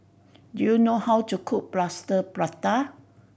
do you know how to cook Plaster Prata